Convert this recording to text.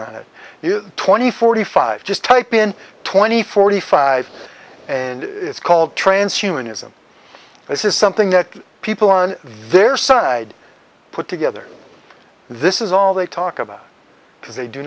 it twenty forty five just type in twenty forty five and it's called transhumanism this is something that people on their side put together this is all they talk about because they do